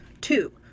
Two